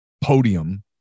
podium